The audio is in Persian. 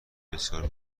بسیار